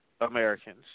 Americans